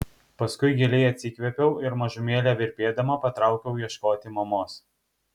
paskui giliai atsikvėpiau ir mažumėlę virpėdama patraukiau ieškoti mamos